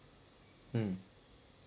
mm